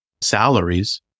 salaries